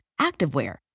activewear